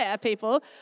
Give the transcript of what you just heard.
people